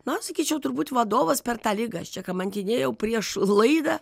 na sakyčiau turbūt vadovas per tą ligą aš čia kamantinėjau prieš laidą